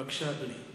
בבקשה, אדוני.